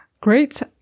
great